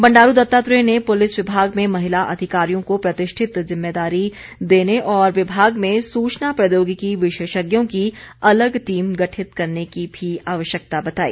बंडारू दत्तात्रेय ने पुलिस विभाग में महिला अधिकारियों को प्रतिष्ठित जिम्मेदारी देने और विभाग में सूचना प्रौद्योगिकी विशेषज्ञों की अलग टीम गठित करने की भी आवश्यकता बताई